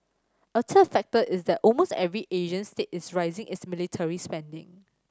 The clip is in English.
a third factor is that almost every Asian state is raising its military spending